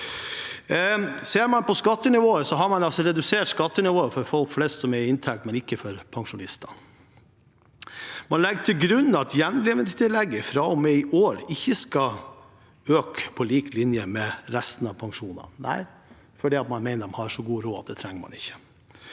Ser man på skattenivået, har man redusert skattenivået for folk flest som har inntekt, men ikke for pensjonister. Man legger til grunn at gjenlevendetillegget fra og med i år ikke skal øke på lik linje som resten av pensjonene – fordi man mener at de har så god råd at de trenger det ikke.